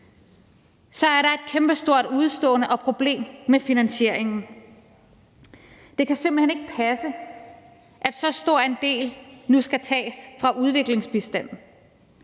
Så er der et kæmpestort udestående og problem med finansieringen. Det kan simpelt hen ikke passe, at så stor en del nu skal tages fra udviklingsbistanden.